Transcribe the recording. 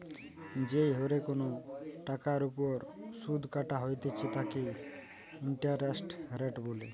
যেই হরে কোনো টাকার ওপর শুধ কাটা হইতেছে তাকে ইন্টারেস্ট রেট বলে